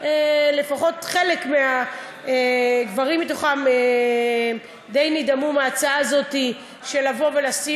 שלפחות חלק מהגברים די נדהמו מההצעה הזאת של לבוא ולשים,